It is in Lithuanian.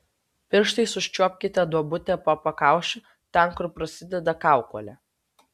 pirštais užčiuopkite duobutę po pakaušiu ten kur prasideda kaukolė